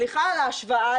סליחה על ההשוואה,